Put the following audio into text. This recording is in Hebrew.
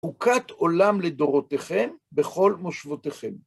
חוקת עולם לדורותיכם בכל מושבותיכם.